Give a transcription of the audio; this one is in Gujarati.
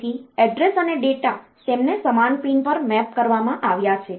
તેથી એડ્રેસ અને ડેટા તેમને સમાન પિન પર મેપ કરવામાં આવ્યા છે